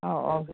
ꯑꯧ ꯑꯧ